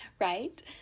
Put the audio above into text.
right